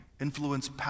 influence